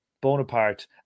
Bonaparte